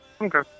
Okay